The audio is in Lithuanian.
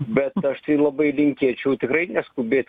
bet aš tai labai linkėčiau tikrai neskubėt